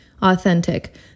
authentic